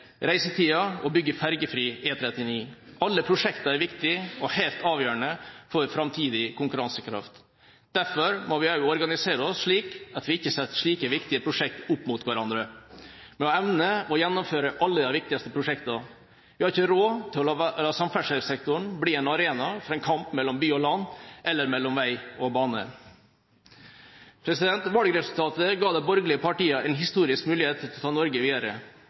bygge ferjefri E39. Alle prosjektene er viktige og helt avgjørende for framtidig konkurransekraft. Derfor må vi også organisere oss slik at vi ikke setter slike viktige prosjekter opp mot hverandre, men evner å gjennomføre alle de viktigste prosjektene. Vi har ikke råd til å la samferdselssektoren bli en arena for en kamp mellom by og land eller mellom vei og bane. Valgresultatet ga de borgerlige partiene en historisk mulighet til å ta Norge videre.